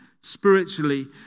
spiritually